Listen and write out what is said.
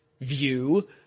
view